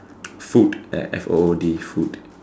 food F O O D food